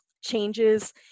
changes